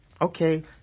okay